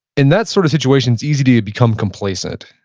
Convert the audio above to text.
in that sort of situation it's easy to become complacent.